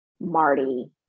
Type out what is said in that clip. Marty